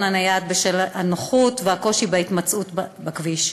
הנייד בשל הנוחות והקושי בהתמצאות בכביש.